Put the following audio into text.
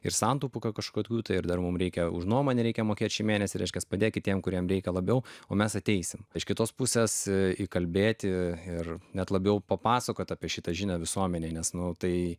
ir santaupų kažkokių tai ar dar mum reikia už nuomą nereikia mokėt šį mėnesį reiškias padėkit tiem kuriem reikia labiau o mes ateisime iš kitos pusės įkalbėti ir net labiau papasakoti apie šitą žinią visuomenei nes nu tai